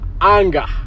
anger